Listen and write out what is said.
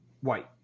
white